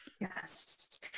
Yes